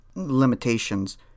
limitations